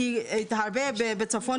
כי הרבה בצפון,